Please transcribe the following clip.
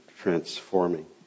transforming